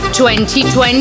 2020